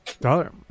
Dollar